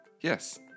Yes